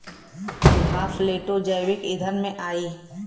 घासलेटो जैविक ईंधन में आई